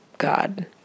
God